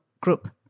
group